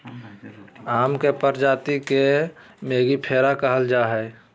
आम के प्रजाति के मेंगीफेरा कहल जाय हइ